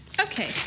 Okay